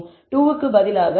2 க்கு பதிலாக 2